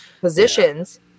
positions